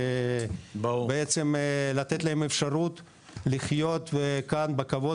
ובעצם לתת להם אפשרות לחיות כאן בכבוד